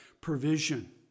provision